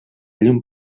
llum